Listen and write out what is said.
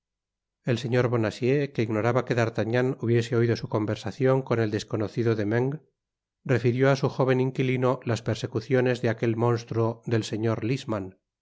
el señor benacieux que ignoraba que d'artagnan hubiese oido su conversacion con el desconocido demeung refirió á su joven inquilino las persecuciones de aquel monstruo del señor lisman